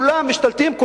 כולם משתלטים,